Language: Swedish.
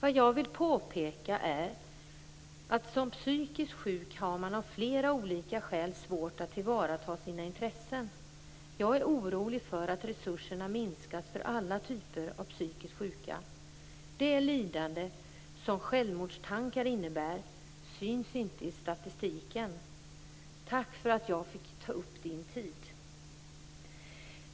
Vad jag vill påpeka är, att som psykiskt sjuk har man av flera olika skäl svårt att tillvarata sina intressen. Jag är orolig för att resurserna har minskat för alla typer av psykiskt sjuka. Det lidande som självmordstankar innebär syns inte i statistiken. Tack för att jag fick ta upp din tid."